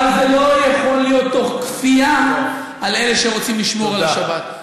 אבל זה לא יכול להיות תוך כפייה על אלה שרוצים לשמור על השבת.